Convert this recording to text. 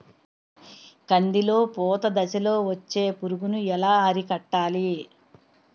కందిలో పూత దశలో వచ్చే పురుగును ఎలా అరికట్టాలి?